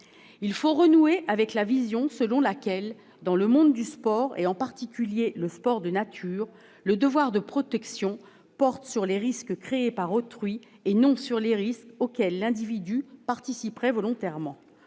Il faut renouer avec la vision selon laquelle, dans le monde du sport et, en particulier, du sport de nature, le devoir de protection porte sur les risques créés par autrui, non sur ceux qui sont liés aux activités auxquelles l'individu participerait volontairement.